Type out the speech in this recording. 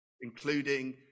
including